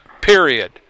Period